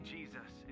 Jesus